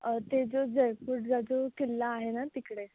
ते जो जयपुरचा जो किल्ला आहे ना तिकडे